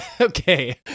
Okay